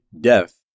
death